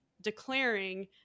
declaring